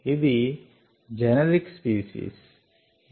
ఇది generic species A